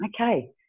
okay